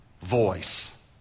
voice